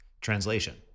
Translation